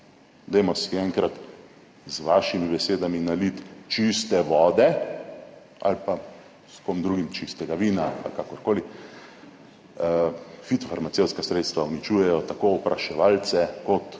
Dajmo si enkrat z vašimi besedami naliti čiste vode ali pa s kom drugim čistega vina ali kakorkoli, fitofarmacevtska sredstva uničujejo tako opraševalce kot